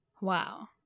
Wow